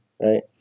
Right